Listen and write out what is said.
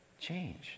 Change